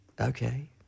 Okay